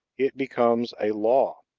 it becomes a law.